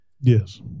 Yes